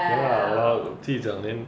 no lah !walao! 自己讲 then